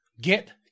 Get